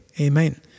Amen